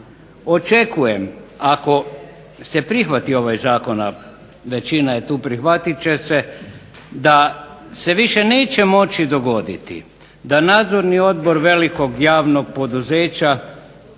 Očekujem, ako se prihvati ovaj zakon, a većina je tu prihvatit će se, da se više neće moći dogoditi da nadzorni odbor velikog javnog poduzeća